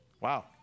Wow